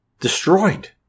destroyed